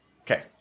Okay